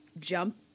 jump